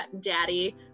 daddy